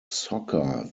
soccer